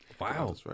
Wow